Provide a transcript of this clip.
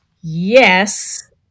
yes